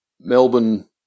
Melbourne